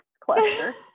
cluster